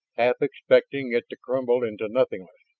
half expecting it to crumble into nothingness.